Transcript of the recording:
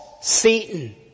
Satan